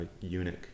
eunuch